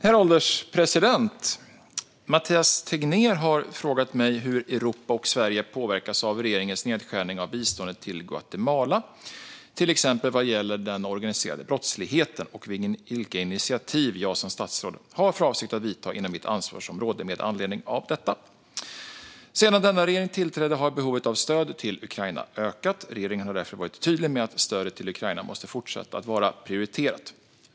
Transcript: Herr ålderspresident! Mathias Tegnér har frågat mig hur Europa och Sverige påverkas av regeringens nedskärning av biståndet till Guatemala, till exempel vad gäller den organiserade brottsligheten, och vilka initiativ jag som statsråd har för avsikt att ta inom mitt ansvarsområde med anledning av detta. Sedan denna regering tillträdde har behovet av stöd till Ukraina ökat. Regeringen har därför varit tydlig med att stödet till Ukraina måste fortsätta att vara prioriterat.